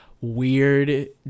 weird